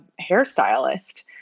hairstylist